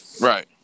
Right